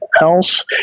else